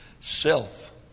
self